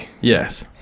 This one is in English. yes